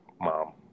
Mom